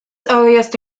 earliest